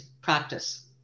practice